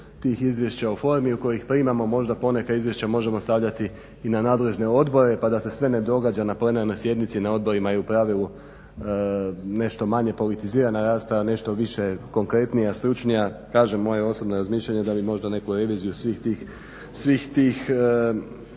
tih izvješća o formi o kojoj ih primamo. Možda poneka izvješća možemo stavljati i na nadležne odbore pa da se sve ne događa na plenarnoj sjednici na odborima i u pravilu nešto manje politizirana rasprava, nešto više konkretnija, stručnija, kažem moje osobno razmišljanje da bi možda neku reviziju svih tih